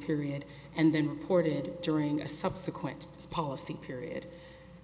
period and then reported during a subsequent policy period